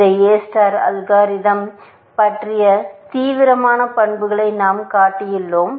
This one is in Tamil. இந்த எ ஸ்டார் அல்காரிதம்ஸ் பற்றிய தீவிரமான பண்புகளை நாம் காட்டியுள்ளோம்